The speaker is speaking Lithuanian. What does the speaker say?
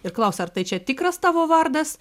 ir klausia ar tai čia tikras tavo vardas